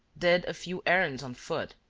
did a few errands on foot,